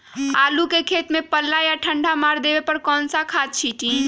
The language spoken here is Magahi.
आलू के खेत में पल्ला या ठंडा मार देवे पर कौन खाद छींटी?